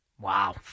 Wow